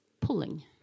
pulling